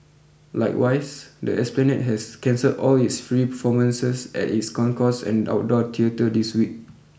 likewise the Esplanade has cancelled all its free performances at its concourse and outdoor theatre this week